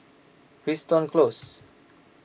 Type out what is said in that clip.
Crichton Close